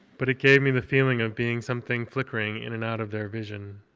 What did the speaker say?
but it gave me the feeling of being something flickering in and out of their vision,